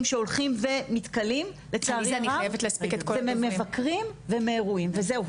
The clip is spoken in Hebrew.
שהולכים ומתכלים וממבקרים ומאירועים וזהו.